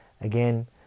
again